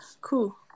Cool